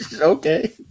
Okay